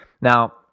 Now